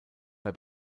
bei